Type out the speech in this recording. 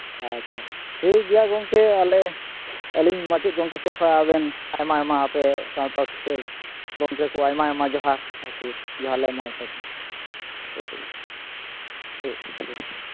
ᱟᱪᱪᱷᱟ ᱴᱷᱤᱠ ᱜᱮᱭᱟ ᱜᱚᱢᱠᱮ ᱟᱞᱮ ᱟᱹᱞᱤᱧ ᱢᱟᱪᱮᱫ ᱜᱚᱢᱠᱮ ᱥᱮᱡ ᱠᱷᱚᱱ ᱟᱵᱮᱱ ᱟᱭᱢᱟ ᱟᱭᱢᱟ ᱟᱯᱮ ᱥᱟᱶᱛᱟ ᱥᱩᱥᱟᱹᱨ ᱜᱚᱢᱠᱮ ᱠᱚ ᱟᱭᱢᱟ ᱟᱭᱢᱟ ᱡᱚᱦᱟᱨ ᱟᱨᱠᱤ ᱦᱮᱸ ᱡᱚᱦᱟᱨ ᱞᱮ ᱮᱢᱟᱣᱟᱯᱮ ᱠᱟᱱᱟ ᱴᱷᱤᱠ ᱴᱷᱤᱠ